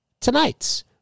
tonight's